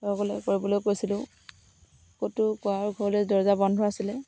কৰিবলৈ কৈছিলোঁ ক'তো ঘৰলৈ দৰ্জা বন্ধ আছিলে